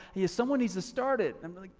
here someone needs to start it, i'm like,